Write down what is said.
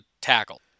tackle